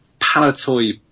Palatoy